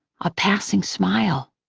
a passing smile.